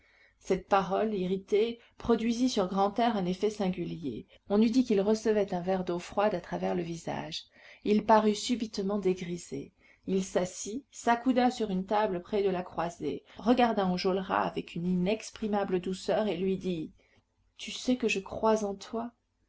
cette parole irritée produisit sur grantaire un effet singulier on eût dit qu'il recevait un verre d'eau froide à travers le visage il parut subitement dégrisé il s'assit s'accouda sur une table près de la croisée regarda enjolras avec une inexprimable douceur et lui dit tu sais que je crois en toi